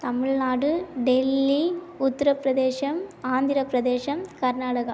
Tamil Nadu Delhi Uttar Pradesh Andhra Pradesh Karnataka